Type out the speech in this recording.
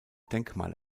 denkmal